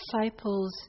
disciples